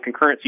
concurrency